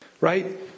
right